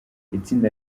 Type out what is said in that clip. itsinda